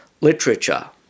literature